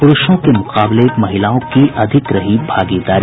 पुरूषों के मुकाबले महिलाओं की अधिक रही भागीदारी